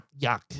yuck